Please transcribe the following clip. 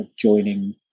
joining